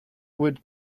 would